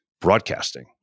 broadcasting